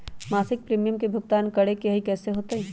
मासिक प्रीमियम के भुगतान करे के हई कैसे होतई?